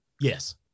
Yes